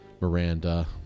Miranda